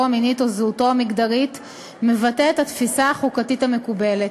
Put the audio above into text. המינית או זהותו המגדרית מבטא את התפיסה החוקתית המקובלת.